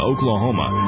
Oklahoma